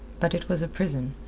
but it was a prison,